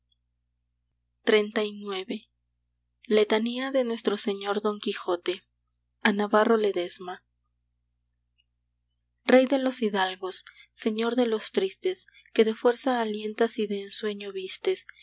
tristes xxxix letanía de nuestro señor don quijote a navarro ledesma rey de los hidalgos señor de los tristes que de fuerza alientas y de ensueños vistes